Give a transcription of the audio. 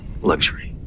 luxury